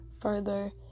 further